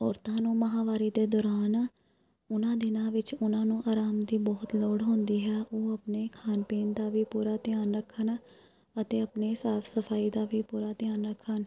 ਔਰਤਾਂ ਨੂੰ ਮਹਾਂਵਾਰੀ ਦੇ ਦੌਰਾਨ ਉਹਨਾਂ ਦਿਨਾਂ ਵਿੱਚ ਉਨ੍ਹਾਂ ਨੂੰ ਆਰਾਮ ਦੀ ਬਹੁਤ ਲੋੜ ਹੁੰਦੀ ਹੈ ਉਹ ਆਪਣੇ ਖਾਣ ਪੀਣ ਦਾ ਵੀ ਪੂਰਾ ਧਿਆਨ ਰੱਖਣ ਅਤੇ ਆਪਣੇ ਸਾਫ ਸਫਾਈ ਦਾ ਵੀ ਪੂਰਾ ਧਿਆਨ ਰੱਖਣ